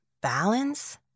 balance